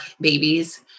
babies